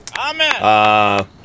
Amen